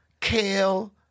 kale